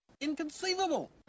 Inconceivable